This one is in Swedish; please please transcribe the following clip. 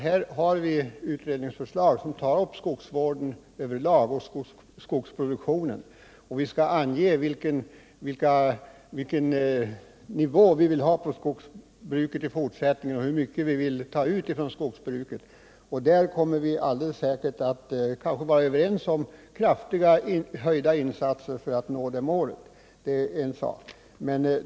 Här har vi nu utredningsförslag om skogsproduktionen och skogsvården över lag, och vi skall ange vilken nivå vi vill ha på skogsbruket i fortsättningen och hur mycket vi vill ta ut av skogsbruket. Och där kommer vi kanske att bli överens om kraftigt ökade insatser för att nå det mål vi uppställer. Det är en sak.